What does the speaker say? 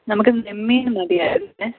നമുക്ക് നെമ്മീൻ മതിയായിരുന്നേ